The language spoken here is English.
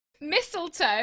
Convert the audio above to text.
mistletoe